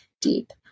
deep